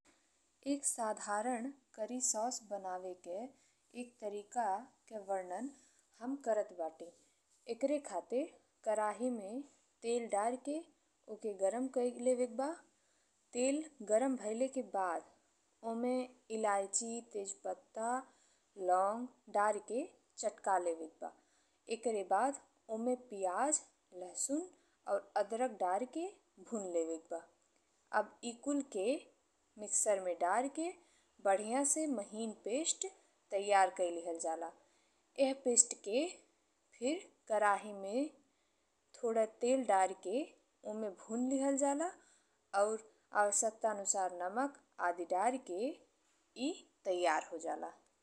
एक साधारण curry sauce बनावेके एक तरीका के वर्णन हम करत बानी। ईकरे खातिर कराही में तेल डारी के ओके गरम कइ लेवेक बा। तेल गरम भइले के बाद ओमे इलायची, तेजपत्ता, लौंग डारी के चटक लेवेक बा। एकरे बाद ओमे पियाज, लहसुन और अदरक डारी के भुनी लेवेक बा। अब ए कुल के मिक्सर में डारी के बढ़िया से महीन पेस्ट तैयार कइ लिहल जाला। एह पेस्ट के फिर कराही में थोड़ा तेल डारी के ओमे भुनी लिहल जाला और आवश्यकतानुसार नमक आदि डारी के ए तैयार हो जाला।